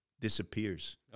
disappears